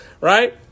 Right